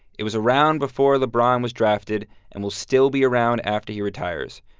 it was around before lebron was drafted and will still be around after he retires.